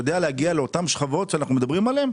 הוא יודע להגיע לאותן שכבות שאנחנו מדברים עליהן?